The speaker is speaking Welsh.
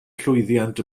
llwyddiant